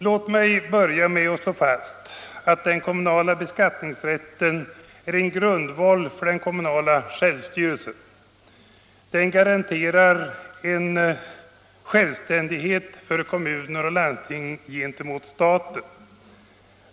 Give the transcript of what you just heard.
Låt mig börja med att slå fast att den kommunala beskattningsrätten är en grundval för den kommunala självstyrelsen. Den garanterar en självständighet för kommuner och landsting gentemot staten.